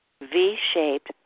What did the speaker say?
V-shaped